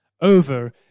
over